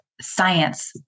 science